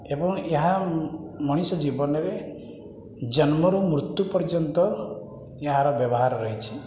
ଏବଂ ଏହା ମଣିଷ ଜୀବନରେ ଜନ୍ମରୁ ମୃତ୍ୟୁ ପର୍ଯ୍ୟନ୍ତ ଏହାର ବ୍ୟବହାର ରହିଛି